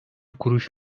kuruş